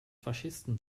faschisten